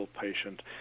patient